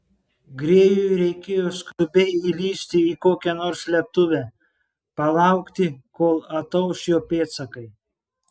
grėjui reikėjo skubiai įlįsti į kokią nors slėptuvę palaukti kol atauš jo pėdsakai